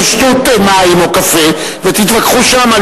תשתו מים או קפה ותתווכחו שם,